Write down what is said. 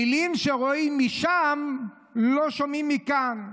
מילים שרואים משם לא שומעים מכאן.